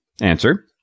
Answer